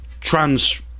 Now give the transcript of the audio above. trans